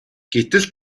гэтэл